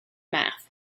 math